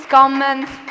comments